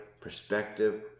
perspective